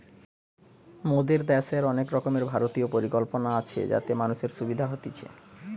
মোদের দ্যাশের অনেক রকমের ভারতীয় পরিকল্পনা আছে যাতে মানুষের সুবিধা হতিছে